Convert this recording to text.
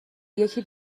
یکی